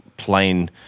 plain